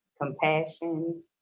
compassion